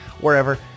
wherever